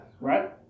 right